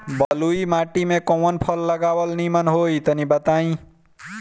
बलुई माटी में कउन फल लगावल निमन होई तनि बताई?